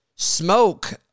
Smoke